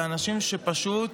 אלה אנשים שפשוט